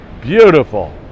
beautiful